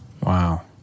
Wow